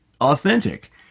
authentic